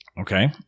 Okay